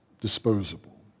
disposable